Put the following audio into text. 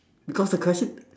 because the question